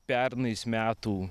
pernais metų